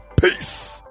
peace